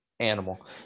animal